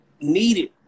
needed